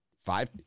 five